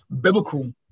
biblical